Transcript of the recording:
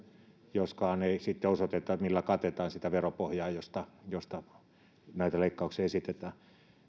joskaan ei sitten osoiteta millä katetaan sitä veropohjaa josta josta näitä leikkauksia esitetään